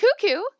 Cuckoo